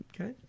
Okay